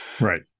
right